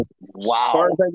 wow